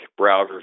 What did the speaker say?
browsers